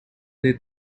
they